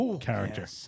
character